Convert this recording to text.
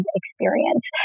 experience